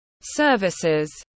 services